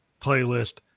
playlist